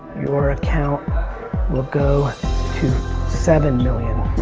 your account will go to seven million,